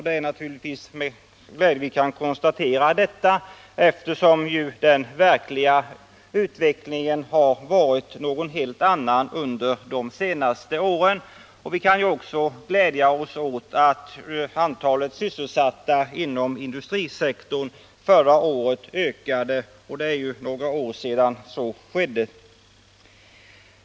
Det är naturligtvis med glädje vi kan konstatera detta, eftersom den verkliga utvecklingen har varit en helt annan under de senaste åren. Vi kan också glädja oss åt att antalet sysselsatta inom industrisektorn förra året ökade. Det är ju några år sedan så skedde.